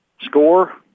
Score